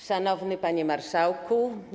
Szanowny Panie Marszałku!